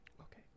Okay